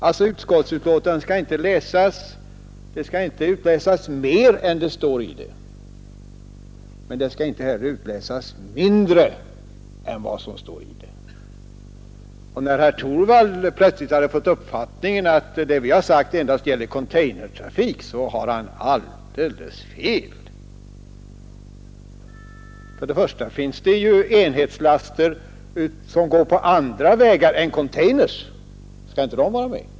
Ur utskottsbetänkandet skall alltså inte läsas ut mer än vad som står i det, men det skall inte heller läsas ut mindre än vad som står i betänkandet. Och när herr Torwald plötsligt fått uppfattningen att det vi sagt endast gäller containertrafik har han alldeles fel. För det första finns det ju enhetslaster som transporteras på annat sätt än i containers. Skall inte de vara med?